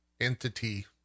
entity